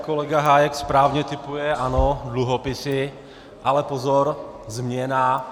Jak kolega Hájek správně tipuje, ano, dluhopisy ale pozor, změna!